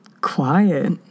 quiet